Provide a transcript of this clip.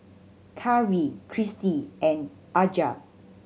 Karri Cristy and Aja